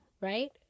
right